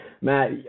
Matt